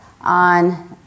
on